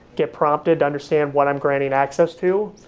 get prompted, understand what i'm granting access to,